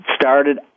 Started